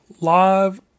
live